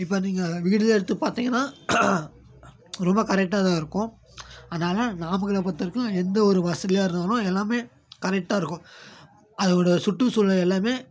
இப்போ நீங்கள் வீடு எடுத்து பார்த்தீங்கன்னா ரொம்ப கரெக்டாக தான் இருக்கும் அதனால் நாமக்கல்லை பொறுத்தவரைக்கும் எந்தவொரு வசதியாக இருந்தாலும் எல்லாம் கரெக்டாக இருக்கும் அதோடு சுற்றுச்சூழல் எல்லாம்